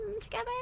together